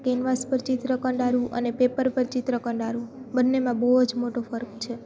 canvas પર ચિત્ર કંડારવું અને પેપર પર ચિત્ર કંડારવું બંનેમાં બહુ જ મોટો ફરક છે